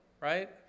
right